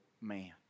man